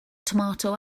tomato